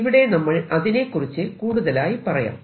ഇവിടെ നമ്മൾ അതിനെകുറിച്ച് കൂടുതലായി പറയാം